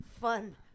fun